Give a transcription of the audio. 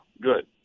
good